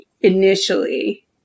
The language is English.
initially